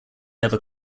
never